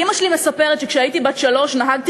אימא שלי מספרת שכשהייתי בת שלוש נהגתי